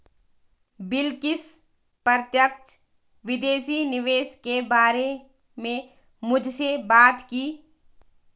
बिलकिश प्रत्यक्ष विदेशी निवेश के बारे में मुझसे बात की